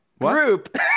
group